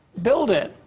build it.